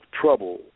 trouble